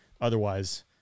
Otherwise